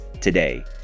today